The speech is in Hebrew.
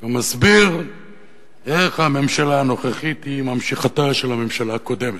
ומסביר איך הממשלה הנוכחית היא ממשיכתה של ממשלה הקודמת.